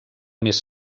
més